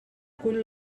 cull